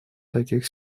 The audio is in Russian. таких